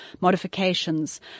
modifications